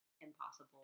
impossible